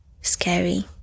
scary